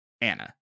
Anna